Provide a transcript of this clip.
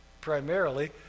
primarily